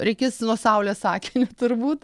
reikės nuo saulės akinių turbūt